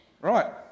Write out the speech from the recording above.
Right